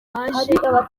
igira